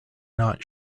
not